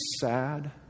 sad